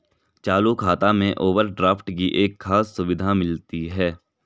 चालू खाता में ओवरड्राफ्ट की एक खास सुविधा मिलती है